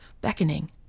beckoning